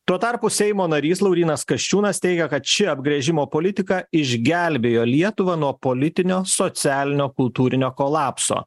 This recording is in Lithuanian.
tuo tarpu seimo narys laurynas kasčiūnas teigia kad ši apgręžimo politika išgelbėjo lietuvą nuo politinio socialinio kultūrinio kolapso